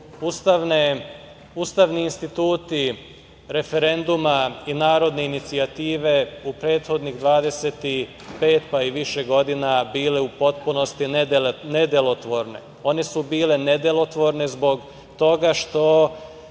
ustavni instituti referenduma i narodne inicijative u prethodnih 25 pa i više godina bili u potpunosti nedelotvorni. Oni su bili nedelotvorni zbog toga što